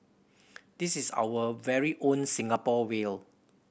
this is our very own Singapore whale